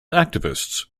activists